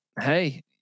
Hey